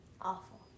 awful